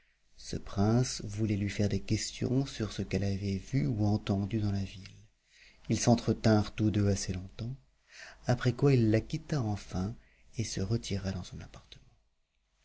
ce prince voulait lui faire des questions sur ce qu'elle avait vu ou entendu dans la ville ils s'entretinrent tous deux assez longtemps après quoi il la quitta enfin et se retira dans son appartement